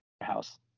house